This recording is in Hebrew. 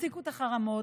יפסיקו את החרמות,